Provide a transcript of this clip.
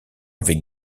avec